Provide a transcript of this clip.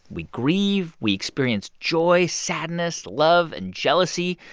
we grieve. we experience joy, sadness, love and jealousy.